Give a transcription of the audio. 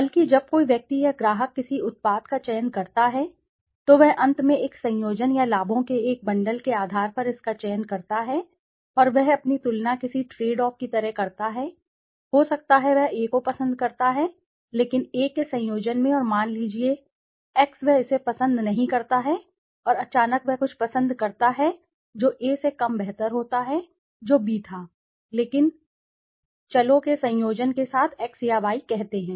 बल्कि जब कोई व्यक्ति या ग्राहक किसी उत्पाद का चयन करता है तो वह अंत में एक संयोजन या लाभों के एक बंडल के आधार पर इसका चयन करता है और वह अपनी तुलना किसी ट्रेडऑफ़ की तरह करता है हो सकता है वह A को पसंद करता है लेकिन A के संयोजन में और मान लीजिए X वह इसे पसंद नहीं करता है और अचानक वह कुछ पसंद करता है जो A से कम बेहतर होता है जो B था लेकिन चलो के संयोजन के साथ x या y कहते हैं